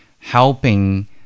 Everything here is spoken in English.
helping